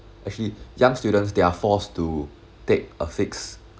actually young students they're forced to take a fixed